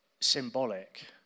symbolic